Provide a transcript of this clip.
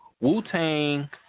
Wu-Tang